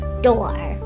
Door